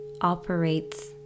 operates